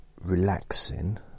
relaxing